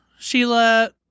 Sheila